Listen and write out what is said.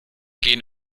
gehen